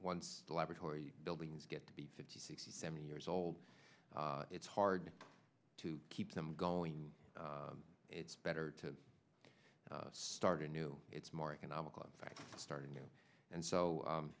once the laboratory buildings get to be fifty sixty seventy years old it's hard to keep them going it's better to start a new it's more economical in fact starting new and so